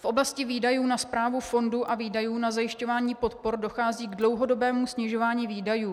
V oblasti výdajů na správu fondu a výdajů na zajišťování podpor dochází k dlouhodobému snižování výdajů.